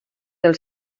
del